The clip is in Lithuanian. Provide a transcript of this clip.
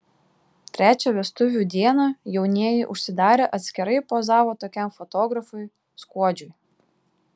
trečią vestuvių dieną jaunieji užsidarę atskirai pozavo tokiam fotografui skuodžiui